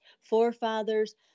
forefathers